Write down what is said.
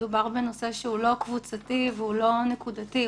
מדובר בנושא שהוא לא קבוצתי והוא לא נקודתי,